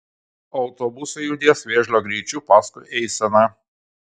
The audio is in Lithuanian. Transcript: autobusai judės vėžlio greičiu paskui eiseną